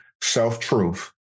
self-truth